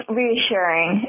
reassuring